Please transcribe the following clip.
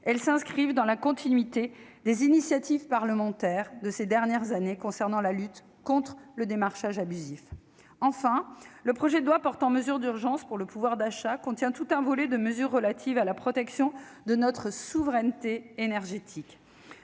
Elles s'inscrivent dans la continuité des initiatives parlementaires prises ces dernières années concernant la lutte contre le démarchage abusif. Enfin, le projet de loi portant mesures d'urgence pour la protection du pouvoir d'achat comporte tout un volet de dispositions relatives à la protection de notre souveraineté énergétique,